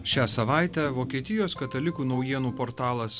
šią savaitę vokietijos katalikų naujienų portalas